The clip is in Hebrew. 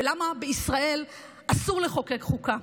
ולמה בישראל אסור לחוקק חוקה.